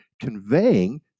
conveying